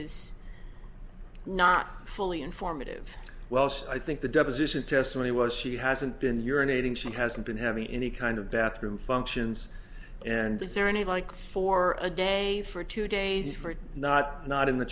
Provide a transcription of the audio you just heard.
is not fully informative well i think the deposition testimony was she hasn't been urinating she hasn't been having any kind of bathroom functions and is there any like for a day for two days for it not not in the